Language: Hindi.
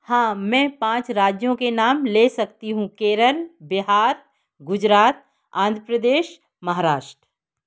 हाँ मैं पाँच राज्यों के नाम ले सकती हूँ केरल बिहार गुजरात आन्ध्र प्रदेश महाराष्ट्र